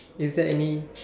is there any